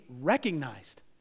recognized